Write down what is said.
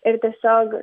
ir tiesiog